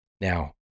Now